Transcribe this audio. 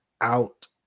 out